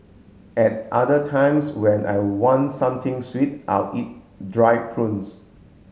at other times when I want something sweet I'll eat dried prunes